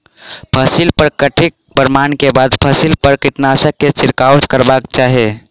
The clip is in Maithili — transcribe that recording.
फसिल पर कीटक प्रमाण के बाद फसिल पर कीटनाशक के छिड़काव करबाक चाही